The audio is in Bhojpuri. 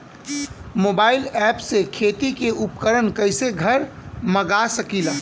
मोबाइल ऐपसे खेती के उपकरण कइसे घर मगा सकीला?